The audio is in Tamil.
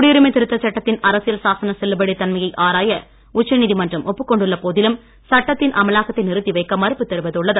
குடியுரிமை திருத்த சட்டத்தின் அரசியல் சாசன செல்லுபடித் தன்மையை ஆராய உச்சநீதிமன்றம் ஒப்புக்கொண்டுள்ள போதிலும் சட்டத்தின் அமலாக்கத்தை நிறுத்தி வைக்க மறுப்பு தெரிவித்துள்ளது